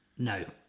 no.